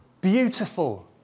beautiful